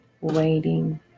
waiting